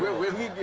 we